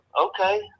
okay